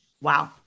Wow